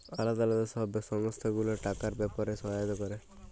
আলদা আলদা সব সংস্থা গুলা টাকার ব্যাপারে সহায়তা ক্যরে